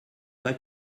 pas